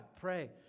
pray